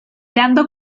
dando